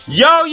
yo